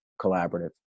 collaborative